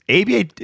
ABA